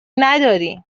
ندارین